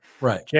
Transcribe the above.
Right